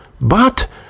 but